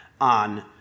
on